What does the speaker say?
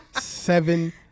Seven